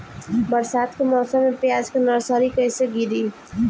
बरसात के मौसम में प्याज के नर्सरी कैसे गिरी?